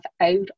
out